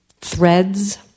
Threads